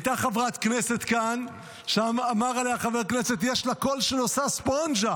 הייתה חברת כנסת כאן שאמר עליה חבר הכנסת: יש לה קול של "עושה ספונג'ה",